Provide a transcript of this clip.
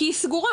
כי היא סגורה,